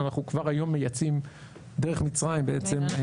אנחנו כבר היום מייצאים דרך מצרים בעצם לאירופה.